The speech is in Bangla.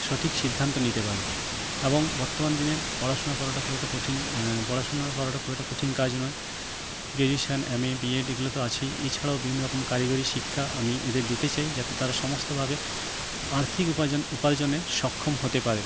সঠিক সিদ্ধান্ত নিতে পারবে এবং বর্তমান দিনে পড়াশুনা করাটা খুব একটা কঠিন পড়াশুনা করাটা খুব একটা কঠিন কাজ নয় graduation M A B Ed এইগুলো তো আছেই এছাড়াও বিভিন্ন রকম কারিগরি শিক্ষা আমি এদের দিতে চাই যাতে তারা সমস্তভাবে আর্থিক উপাজন উপার্জনে সক্ষম হতে পারে